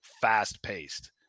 fast-paced